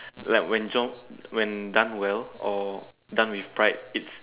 like when John when done well or done with pride it's